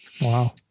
Wow